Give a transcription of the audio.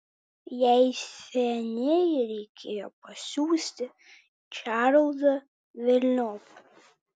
jai seniai reikėjo pasiųsti čarlzą velniop